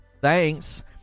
thanks